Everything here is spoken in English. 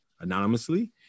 anonymously